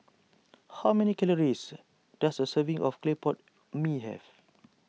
how many calories does a serving of Clay Pot Mee have